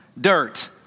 Dirt